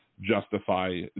justify